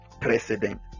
president